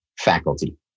faculty